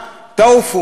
כדי שיפחדו,